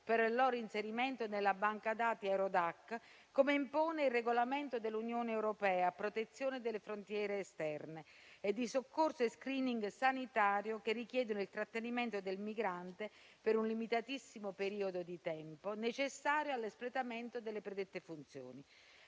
per il loro inserimento nella banca dati Eurodac), come impone il regolamento dell'Unione europea, a protezione delle frontiere esterne, e di soccorso e *screening* sanitario che richiedono il trattenimento del migrante per un limitatissimo periodo di tempo, necessario all'espletamento delle predette funzioni.